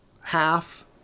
half